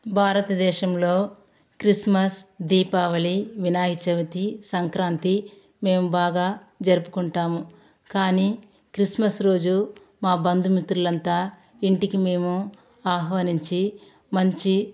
భారతదేశంలో క్రిస్మస్ దీపావళి వినాయక చవితి సంక్రాంతి మేము బాగా జరుపుకుంటాము కానీ క్రిస్మస్ రోజు మా బంధుమిత్రులంతా ఇంటికి మేము ఆహ్వానించి మంచి